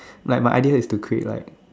like my idea is to create like